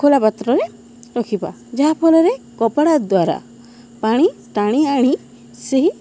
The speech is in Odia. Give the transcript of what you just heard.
ଖୋଲା ପାତ୍ରରେ ରଖିବା ଯାହାଫଳରେ କପଡ଼ା ଦ୍ୱାରା ପାଣି ଟାଣି ଆଣି ସେହି